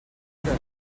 euros